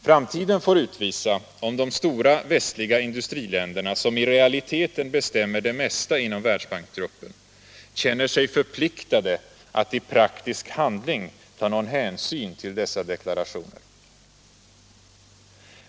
Framtiden får utvisa om de stora västliga industriländerna, som i realiteten bestämmer det mesta inom världsbanksgruppen, känner sig förpliktade att i praktisk handling ta någon hänsyn till dessa deklarationer.